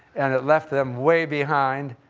and it left them way behind.